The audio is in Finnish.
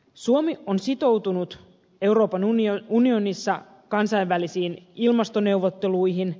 suomi on sitoutunut euroopan unionissa kansainvälisiin ilmastoneuvotteluihin